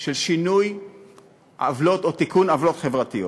של שינוי עוולות או תיקון עוולות חברתיות.